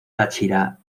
táchira